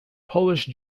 polish